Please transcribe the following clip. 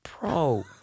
bro